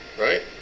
right